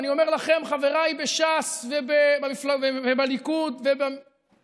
ואני אומר לכם, חבריי בש"ס ובליכוד ובאגודה,